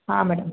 ಹಾಂ ಮೇಡಮ್